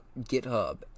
GitHub